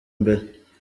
mbere